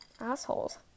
assholes